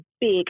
big